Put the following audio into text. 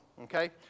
okay